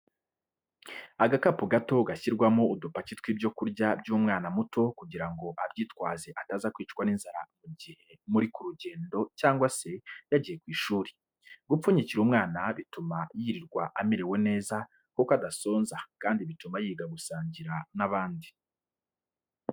Agakapu gato gashyirwamo udupaki tw'ibyo kurya by'umwana muto kugira ngo abyitwaze ataza kwicwa n'inzara mu gihe muri ku rugendo cyangwa se yagiye ku ishuri. Gupfunyikira umwana bituma yirirwa amerewe neza kuko adasonza kandi bituma yiga gusangira n'abandi.